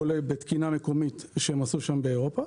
בתקינה מקומית שהם עשו באירופה.